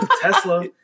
tesla